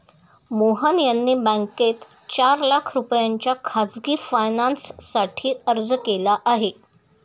मोहन यांनी बँकेत चार लाख रुपयांच्या खासगी फायनान्ससाठी अर्ज केला आहे